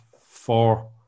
four